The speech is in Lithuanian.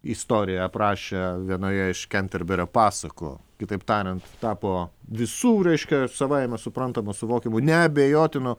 istoriją aprašė vienoje iš kenterberio pasakų kitaip tariant tapo visų reiškia savaime suprantamu suvokiamu neabejotinu